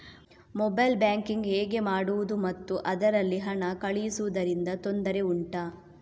mobile banking ಹೇಗೆ ಮಾಡುವುದು ಮತ್ತು ಅದರಲ್ಲಿ ಹಣ ಕಳುಹಿಸೂದರಿಂದ ತೊಂದರೆ ಉಂಟಾ